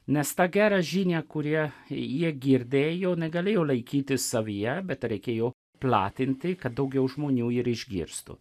nes ta gera žinia kurią jie girdėjo negalėjo laikyti savyje bet reikėjo platinti kad daugiau žmonių ir išgirstų